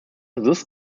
thus